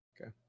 Okay